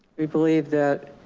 we believe that